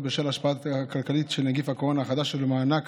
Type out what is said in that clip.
בשל ההשפעה הכלכלית של נגיף הקורונה החדש ולמענק